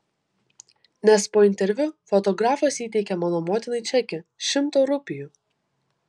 nes po interviu fotografas įteikė mano motinai čekį šimto rupijų